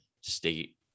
state